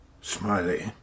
Smiley